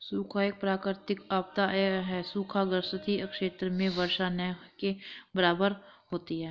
सूखा एक प्राकृतिक आपदा है सूखा ग्रसित क्षेत्र में वर्षा न के बराबर होती है